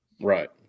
Right